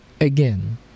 again